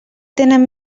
tenen